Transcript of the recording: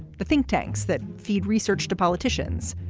the think tanks that feed research to politicians,